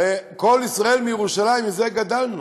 הרי "קול ישראל מירושלים", על זה גדלנו.